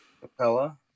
Capella